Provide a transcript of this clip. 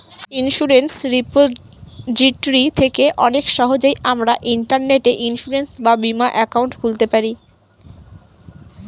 insurance repository থেকে অনেক সহজেই আমরা ইন্টারনেটে ইন্সুরেন্স বা বীমা একাউন্ট খুলতে পারি